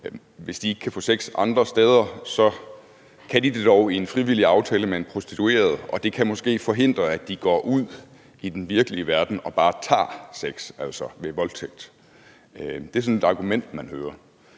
mænd – ikke kan få sex andre steder, kan de dog få det ved en frivillig aftale med en prostitueret, og at det måske kan forhindre, at de går ud i den virkelige verden og bare tager sex, altså ved voldtægt. Det er sådan et argument, man hører.